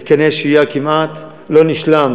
מתקני שהייה, כמעט, לא נשלם